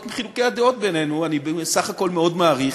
חילוקי הדעות בינינו אני בסך הכול מאוד מעריך,